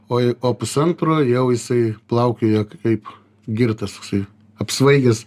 o jei o pusantro jau jisai plaukioja kaip girtas toksai apsvaigęs